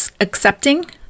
accepting